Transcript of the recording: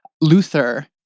Luther